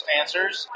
answers